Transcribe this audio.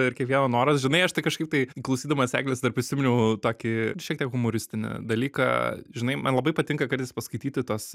ir kiekvieno noras žinai aš tai kažkaip tai klausydamas eglės dar prisiminiau tokį šiek tiek humoristinį dalyką žinai man labai patinka kartais paskaityti tuos